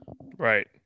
Right